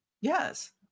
Yes